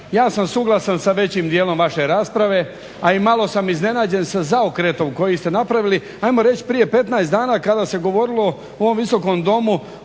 ja sam suglasan sa većim dijelom vaše rasprave, a i malo sam iznenađen sa zaokretom koji ste napravili. Ajmo reći prije 15 dana kada se govorilo u ovom Visokom domu